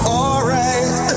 alright